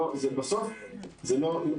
אבל בסוף זה לא העניין